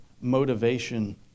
motivation